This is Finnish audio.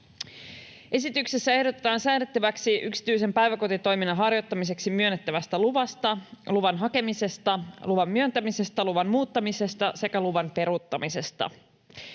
Esityksessä ehdotetaan säädettäväksi yksityisen päiväkotitoiminnan harjoittamiseksi myönnettävästä luvasta, luvan hakemisesta, luvan myöntämisestä, luvan muuttamisesta sekä luvan peruuttamisesta.